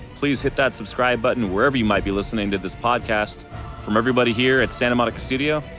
please hit that subscribe button wherever you might be listening to this podcast from everybody here at santa monica studio.